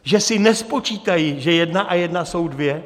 Že si nespočítají, že jedna a jedna jsou dvě?